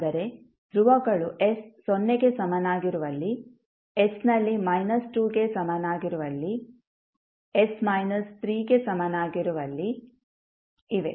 ಅಂದರೆ ಧ್ರುವಗಳು s ಸೊನ್ನೆಗೆ ಸಮನಾಗಿರುವಲ್ಲಿ s ಮೈನಸ್ 2ಗೆ ಸಮನಾಗಿರುವಲ್ಲಿ s ಮೈನಸ್ 3 ಗೆ ಸಮಾನಾಗಿರುವಲ್ಲಿ ಇವೆ